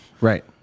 Right